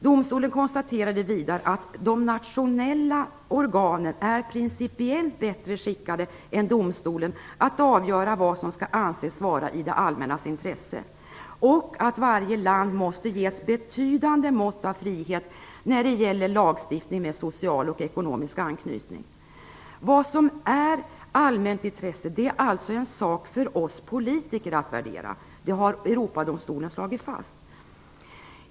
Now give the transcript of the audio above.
Domstolen konstaterade vidare att de nationella organen är principiellt bättre skickade än domstolen att avgöra vad som skall anses vara i det allmännas intresse och att varje land måste ges betydande mått av frihet när det gäller lagstiftning med social och ekonomisk anknytning. Vad som är av allmänt intresse är alltså en sak för oss politiker att värdera - det har Europadomstolen slagit fast.